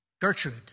Gertrude